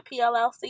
PLLC